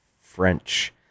french